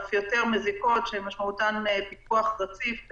אף יותר מזיקות, שמשמעותן פיקוח רציף.